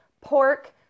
pork